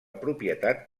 propietat